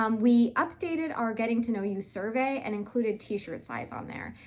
um we updated our getting to know you survey, and included t-shirt size on there.